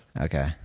okay